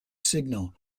signal